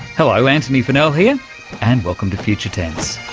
hello, antony funnell here and welcome to future tense.